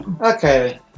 okay